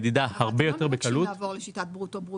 הרבה יותר בקלות --- אבל אתם לא מבקשים לעבור לשיטת ברוטו-ברוטו.